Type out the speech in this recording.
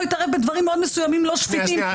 יתערב בדברים מאוד מסוימים לא שפיטים,